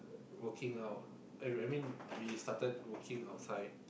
working out I I mean we started working out five